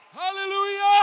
Hallelujah